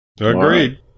Agreed